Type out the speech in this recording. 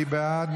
מי בעד?